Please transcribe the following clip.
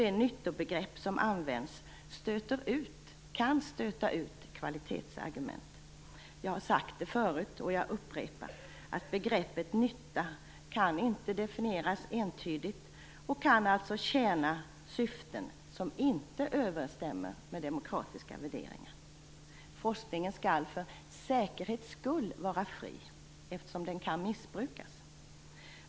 Det nyttobegrepp som används kan stöta ut kvalitetsargument. Jag har sagt det förut, och jag upprepar att begreppet nytta inte kan definieras entydigt och alltså kan tjäna syften som inte överensstämmer med demokratiska värderingar. Forskningen skall för säkerhets skull vara fri, eftersom den kan missbrukas.